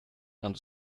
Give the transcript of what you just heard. and